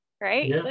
right